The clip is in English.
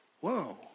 whoa